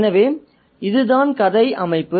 எனவே இது தான் கதை அமைப்பு